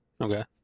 Okay